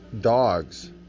dogs